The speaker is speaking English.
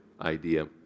idea